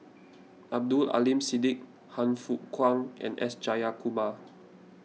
Abdul Aleem Siddique Han Fook Kwang and S Jayakumar